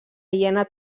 hiena